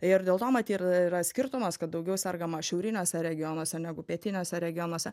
ir dėl to matyt ir yra skirtumas kad daugiau sergama šiauriniuose regionuose negu pietiniuose regionuose